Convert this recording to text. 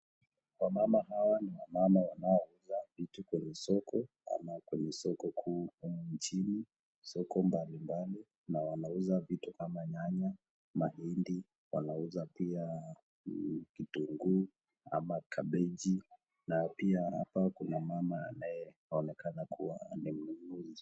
Wamama hawa ni wamama wanaouza vitu kwa soko ama kwenye soko kuu nchini na wanauza vitu ambavyo ni kama nyanya, mahindi, wanauza pia kitunguu ama kabeji na pia hapa kuna mama anayeonekana kuwa ni mlinzi.